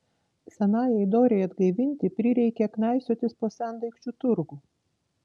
senajai dorei atgaivinti prireikė knaisiotis po sendaikčių turgų